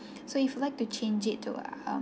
so if you like to change it to um